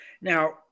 Now